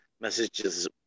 messages